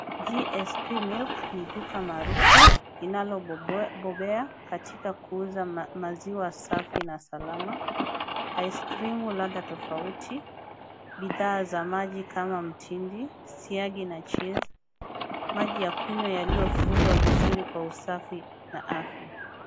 GSP Milk ni duka maarufu linalobobea katika kuuza maziwa safi na salama. [c] Asikrimu[c] ladha tofauti, bidhaa za maji kama mtindi , siagi na [c]cheese [c], maji ya kunywa yaliyofungwa vizuri kwa usafi na afya.